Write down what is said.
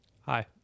Hi